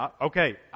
Okay